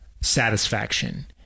satisfaction